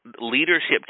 leadership